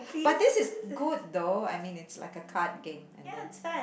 but this is good though I mean it's like a card game and then